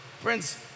friends